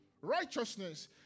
righteousness